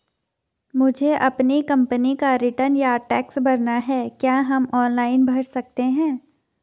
मुझे अपनी कंपनी का रिटर्न या टैक्स भरना है क्या हम ऑनलाइन भर सकते हैं?